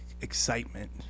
excitement